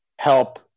help